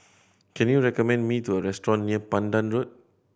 can you recommend me to a restaurant near Pandan Road